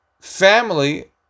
family